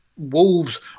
Wolves